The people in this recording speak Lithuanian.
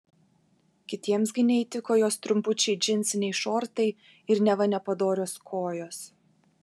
kitiems gi neįtiko jos trumpučiai džinsiniai šortai ir neva nepadorios kojos